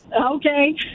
Okay